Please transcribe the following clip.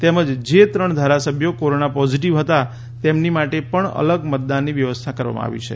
તેમજ જે ત્રણ ધારાસભ્યો કોરોના પોઝિટિવ હતા તેમની માટે પણ અલગ મતદાનની વ્યવસ્થા કરવામાં આવી છે